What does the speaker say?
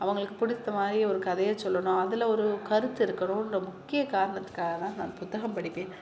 அவுங்களுக்கு பிடித்த மாதிரி ஒரு கதையை சொல்லணும் அதில் ஒரு கருத்து இருக்கணும்ன்ற முக்கிய காரணத்துக்காக தான் நான் புத்தகம் படிப்பேன்